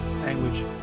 Language